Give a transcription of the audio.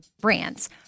brands